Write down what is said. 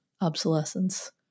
obsolescence